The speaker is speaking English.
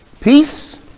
peace